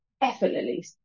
effortlessly